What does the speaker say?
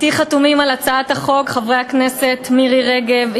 אתי חתומים על הצעת החוק חברי הכנסת מירי רגב,